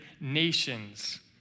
nations